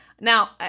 Now